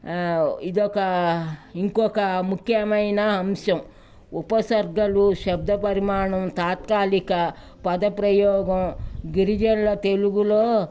ఇదొక ఇంకొక ముఖ్యమైన అంశం ఉపసర్గలు శబ్ద పరిమాణం తాత్కాలిక పద ప్రయోగం గిరిజనుల తెలుగులో